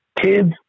kids